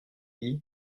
dit